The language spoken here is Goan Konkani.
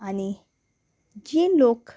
आनी जी लोक